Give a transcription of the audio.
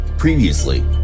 Previously